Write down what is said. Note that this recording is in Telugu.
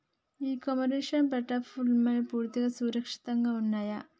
ఇ కామర్స్ ప్లాట్ఫారమ్లు పూర్తిగా సురక్షితంగా ఉన్నయా?